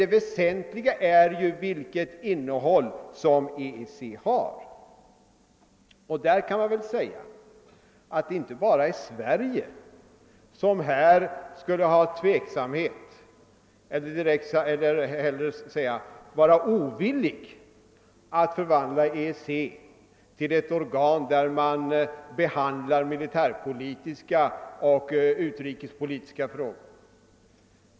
Det väsentliga är emellertid vilket innehåll som EEC har. Där kan man säga att det inte bara är Sverige som skulle vara ovilligt att förvandla EEC till ett organ, inom vilket militärpolitiska och utrikespolitiska frågor behandlas.